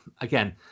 Again